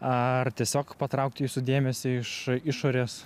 ar tiesiog patraukti jūsų dėmesį iš išorės